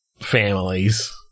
families